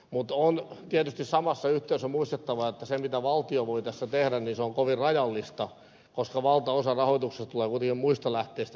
mutta on tietysti samassa yhteydessä muistettava että se mitä valtio voi tässä tehdä on kovin rajallista koska valtaosa rahoituksesta tulee kuitenkin muista lähteistä kuin valtiolta